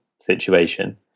situation